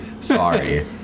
sorry